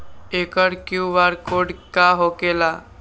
एकर QR code का होकेला?